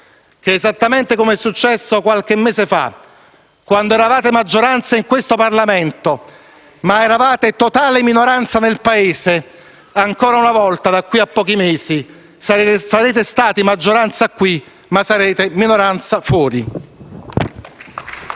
che, esattamente come è successo qualche mese fa, quando eravate maggioranza in questo Parlamento, ma totale minoranza nel Paese, ancora una volta, da qui a pochi mesi, sarete stati maggioranza qui, ma sarete minoranza fuori.